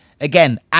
Again